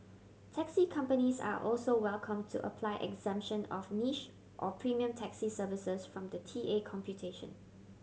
taxi companies are also welcome to apply exemption of niche or premium taxi services from the T A computation